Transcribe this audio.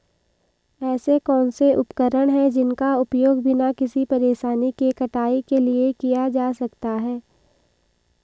ऐसे कौनसे उपकरण हैं जिनका उपयोग बिना किसी परेशानी के कटाई के लिए किया जा सकता है?